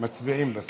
מצביעים בסוף.